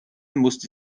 musste